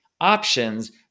options